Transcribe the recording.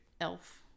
elf